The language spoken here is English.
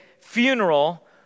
funeral